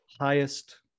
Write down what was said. Highest